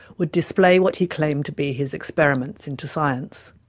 would display what he claimed to be his experiments into science.